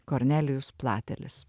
kornelijus platelis